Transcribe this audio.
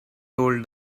told